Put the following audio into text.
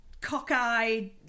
cockeyed